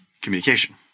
communication